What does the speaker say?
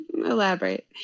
Elaborate